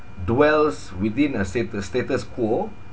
dwells within a satus~ status quo